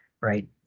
right